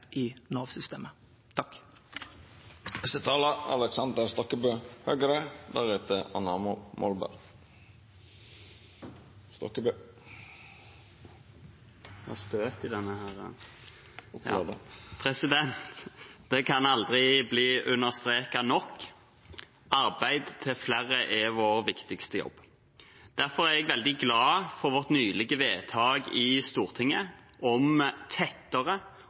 i Nav-systemet. Det kan aldri bli understreket nok: Arbeid til flere er vår viktigste jobb. Derfor er jeg veldig glad for vårt nylige vedtak i Stortinget om tettere